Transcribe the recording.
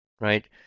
right